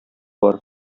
бар